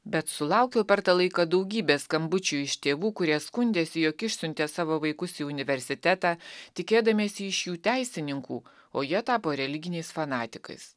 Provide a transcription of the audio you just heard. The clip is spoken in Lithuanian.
bet sulaukiau per tą laiką daugybės skambučių iš tėvų kurie skundėsi jog išsiuntė savo vaikus į universitetą tikėdamiesi iš jų teisininkų o jie tapo religiniais fanatikais